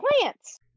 Plants